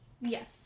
Yes